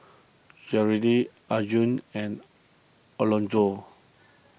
Cherelle Arjun and Alonzo